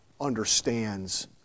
understands